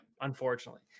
unfortunately